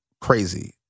crazy